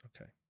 Okay